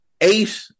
eight